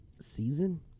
season